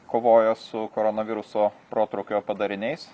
kovojo su koronaviruso protrūkio padariniais